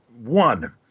One